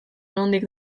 nondik